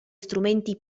strumenti